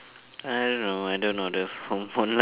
I don't know I don't know the from online